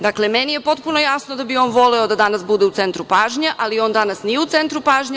Dakle, meni je potpuno jasno da bi on voleo da danas bude u centru pažnje, ali on danas nije u centru pažnje.